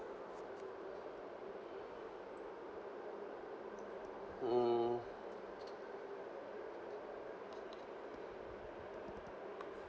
mm